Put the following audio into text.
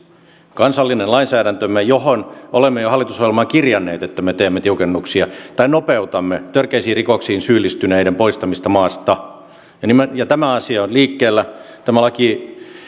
kansallinen lainsäädäntömme josta olemme jo hallitusohjelmaan kirjanneet että me teemme siihen tiukennuksia tai nopeutamme törkeisiin rikoksiin syyllistyneiden poistamista maasta tämä asia on liikkeellä tätä